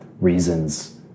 reasons